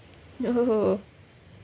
oh